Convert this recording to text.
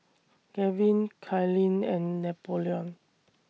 Gavyn Kylene and Napoleon